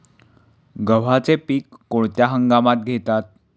गव्हाचे पीक कोणत्या हंगामात घेतात?